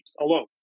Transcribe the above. alone